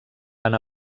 van